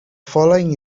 following